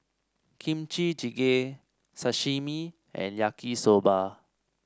Kimchi Jjigae Sashimi and Yaki Soba